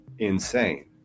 Insane